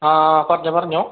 അ ആ പറഞ്ഞോ പറഞ്ഞോ